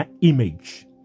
image